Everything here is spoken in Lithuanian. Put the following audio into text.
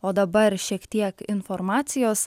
o dabar šiek tiek informacijos